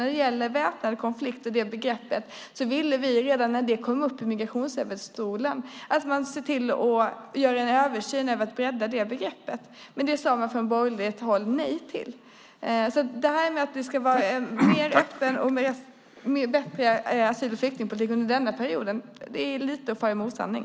När det gäller begreppet väpnade konflikter ville vi redan när det kom upp i Migrationsöverdomstolen att man skulle göra en översyn för att bredda det. Men det sade man från borgerligt håll nej till. Det här med att det ska vara en mer öppen och bättre asyl och flyktingpolitik under denna period är lite att fara med osanning.